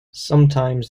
sometimes